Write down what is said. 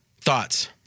Thoughts